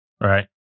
right